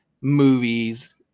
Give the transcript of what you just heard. movies